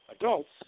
adults